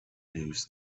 news